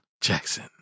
Jackson